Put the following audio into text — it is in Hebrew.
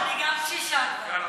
ועכשיו אני גם קשישה כבר.